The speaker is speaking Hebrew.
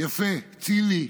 יפה, ציני,